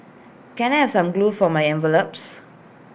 can I have some glue for my envelopes